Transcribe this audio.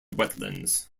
wetlands